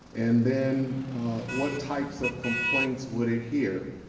and then what types of complaints would it here?